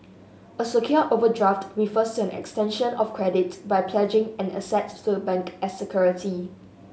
a secured overdraft refers to an extension of credit by pledging an asset to the bank as security